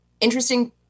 interesting